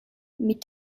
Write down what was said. mit